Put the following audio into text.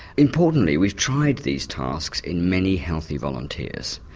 importantly we've tried these tasks in many healthy volunteers,